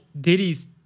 Diddy's